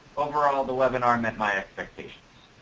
overall, the webinar met my expectations.